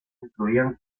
incluían